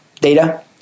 data